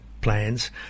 plans